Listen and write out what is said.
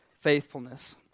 faithfulness